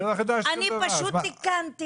אני פשוט תיקנתי.